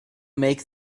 make